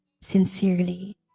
sincerely